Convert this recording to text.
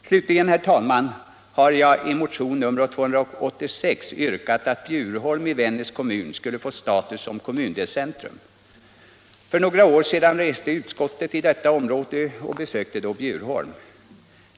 Slutligen, herr talman, har jag i motionen 286 yrkat att Bjurholm i Vännäs kommun skulle få status som kommundelscentrum. För några år sedan reste utskottet i detta område och besökte då Bjurholm.